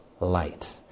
light